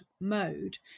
mode